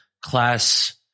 class